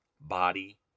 body